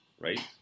right